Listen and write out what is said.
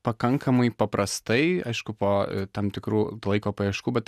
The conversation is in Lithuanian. pakankamai paprastai aišku po tam tikrų laiko paieškų bet